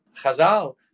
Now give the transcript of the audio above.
Chazal